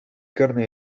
carné